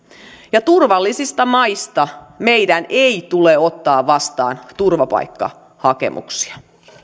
ja turvallisista maista meidän ei tule ottaa vastaan turvapaikkahakemuksia